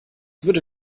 würde